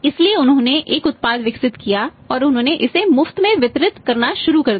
इसलिए उन्होंने एक उत्पाद विकसित किया और उन्होंने इसे मुफ्त में वितरित करना शुरू कर दिया